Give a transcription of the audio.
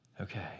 Okay